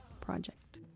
Project